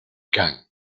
can